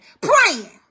Praying